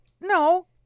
no